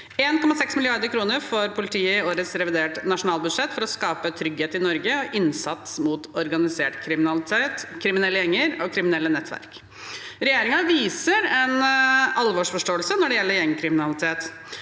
1,6 mrd. kr i årets reviderte nasjonalbudsjett for å skape trygghet i Norge gjennom innsats mot organisert kriminalitet, kriminelle gjenger og kriminelle nettverk. Regjeringen viser en alvorsforståelse når det gjelder gjengkriminalitet.